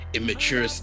Immature